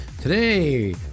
Today